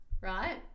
right